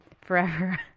Forever